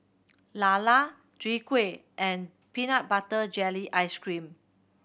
lala Chwee Kueh and peanut butter jelly ice cream